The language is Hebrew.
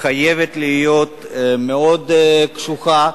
חייבת להיות מאוד קשוחה,